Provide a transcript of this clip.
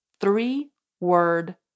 three-word